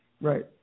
Right